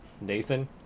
Nathan